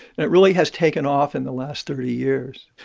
and it really has taken off in the last thirty years.